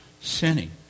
sinning